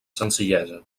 senzillesa